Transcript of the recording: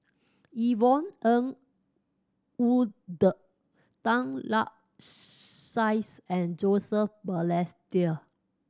Yvonne Ng Uhde Tan Lark Sye and Joseph Balestier